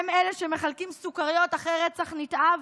הם אלה שמחלקים סוכריות אחרי רצח נתעב?